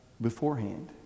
beforehand